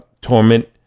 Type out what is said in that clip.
torment